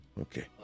Okay